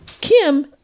Kim